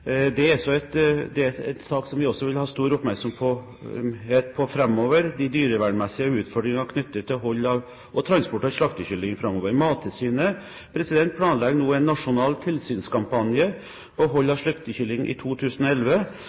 Det er en sak som vi vil ha stor oppmerksomhet på framover, nemlig de dyrevernmessige utfordringene knyttet til transport av slaktekylling. Mattilsynet planlegger nå en nasjonal tilsynskampanje på hold av slaktekylling i 2011.